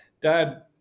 dad